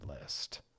list